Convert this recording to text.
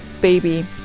Baby